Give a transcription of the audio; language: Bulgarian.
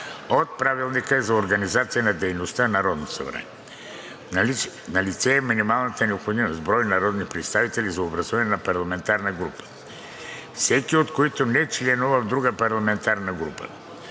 от Правилника за организацията и дейността на Народното събрание. Налице е минималният необходим брой народни представители за образуване на парламентарна група, всеки от които не членува в друга парламентарна група.